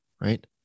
right